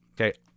Okay